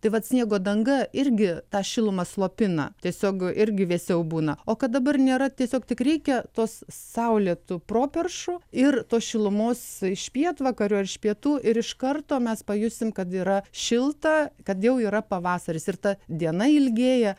tai vat sniego danga irgi tą šilumą slopina tiesiog irgi vėsiau būna o kad dabar nėra tiesiog tik reikia tos saulėtų properšų ir tos šilumos iš pietvakarių ar iš pietų ir iš karto mes pajusime kad yra šilta kad jau yra pavasaris ir ta diena ilgėja